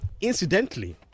incidentally